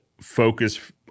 focus